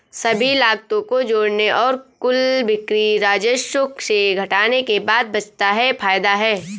सभी लागतों को जोड़ने और कुल बिक्री राजस्व से घटाने के बाद बचता है फायदा है